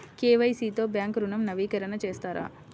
KYC తో bank ఋణం నవీకరణ చేస్తారా?